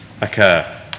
occur